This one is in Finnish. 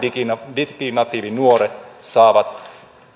diginatiivinuoret saavat jatkossa